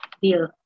Deal